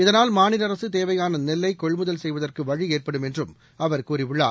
இதனால் மாநில அரசு தேவையான நெல்லை கொள்முதல் செய்வதற்கு வழி ஏற்படும் என்றும் அவர் கூறியுள்ளார்